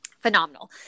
Phenomenal